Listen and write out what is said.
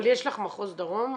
אבל יש לך מחוז דרום?